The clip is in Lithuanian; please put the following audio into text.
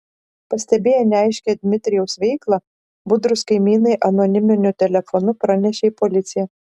pastebėję neaiškią dmitrijaus veiklą budrūs kaimynai anoniminiu telefonu pranešė į policiją